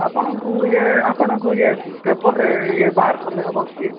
ଆପଣଙ୍କୁ ଇଏ ଆପଣଙ୍କୁ ଇଏ ପେପର୍ରେ ଇଏ ବାହାର କଲେ ହବ କି